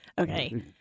Okay